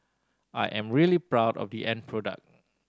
I am really proud of the end product